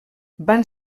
van